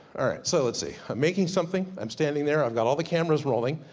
alright, so let's see. i'm making something, i'm standing there. i've got all the cameras rolling.